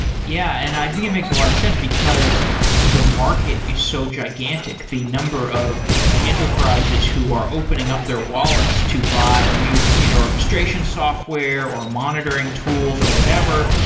yeah, and i think it makes a lot of sense, because the market is so gigantic. the number of enterprises who are opening up their wallets to buy new container orchestration software, or monitoring tools, or whatever,